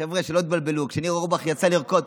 חבר'ה, שלא תתבלבלו, כשניר אורבך יצא לרקוד,